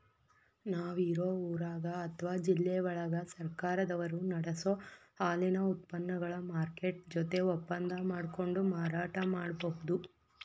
ನಾವ್ ಇರೋ ಊರಾಗ ಅತ್ವಾ ಜಿಲ್ಲೆವಳಗ ಸರ್ಕಾರದವರು ನಡಸೋ ಹಾಲಿನ ಉತ್ಪನಗಳ ಮಾರ್ಕೆಟ್ ಜೊತೆ ಒಪ್ಪಂದಾ ಮಾಡ್ಕೊಂಡು ಮಾರಾಟ ಮಾಡ್ಬಹುದು